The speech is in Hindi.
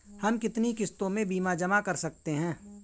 हम कितनी किश्तों में बीमा जमा कर सकते हैं?